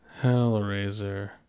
Hellraiser